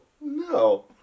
no